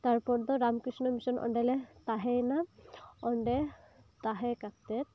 ᱛᱟᱨᱯᱚᱨ ᱫᱚ ᱨᱟᱢ ᱠᱨᱤᱥᱱᱚ ᱢᱤᱥᱚᱱ ᱚᱸᱰᱮ ᱞᱮ ᱛᱟᱦᱮᱸᱭᱮᱱᱟ ᱚᱸᱰᱮ ᱛᱟᱦᱮᱸ ᱠᱟᱛᱮ